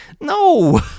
no